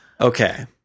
Okay